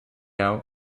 out